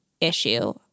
issue